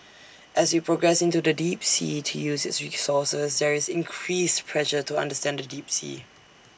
as we progress into the deep sea to use its resources there is increased pressure to understand the deep sea